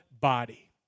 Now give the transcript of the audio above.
body